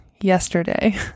yesterday